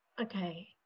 okay